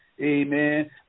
Amen